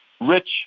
rich